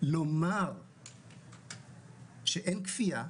לומר שאין כפייה.